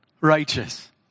righteous